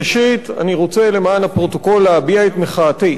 ראשית, אני רוצה, למען הפרוטוקול, להביע את מחאתי